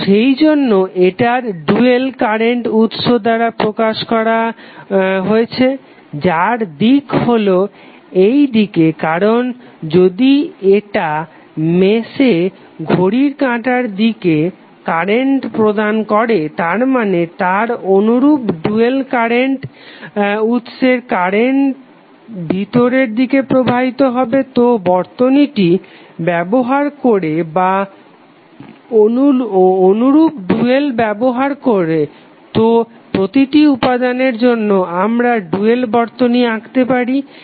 তো সেই জন্য এটার ডুয়াল কারেন্ট উৎস দ্বারা প্রকাশ করা হচ্ছে যার দিক হলো এইদিকে কারণ যদি এটা মেশে ঘড়ির কাঁটার দিকে কারেন্ট প্রদান করে তারমানে তার অনুরূপ ডুয়াল কারেন্ট উৎসের কারেন্ট ভিতর দিকে প্রবাহিত হবে তো বর্তনীটি ব্যবহার করে বা অনুরূপ ডুয়াল ব্যবহার করে তো প্রতিটি উপাদানের জন্য আমরা ডুয়াল বর্তনী আঁকতে পারি